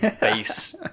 base